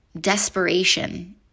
Desperation